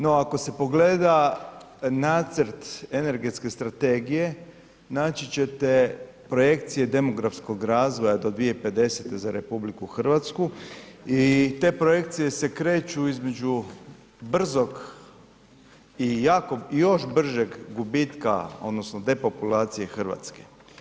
No, ako se pogleda nacrt Energetske strategije naći ćete projekcije demografskog razvoja do 2050. za RH i te projekcije se kreću između brzog i jakog i još bržeg gubitka odnosno depopulacije Hrvatske.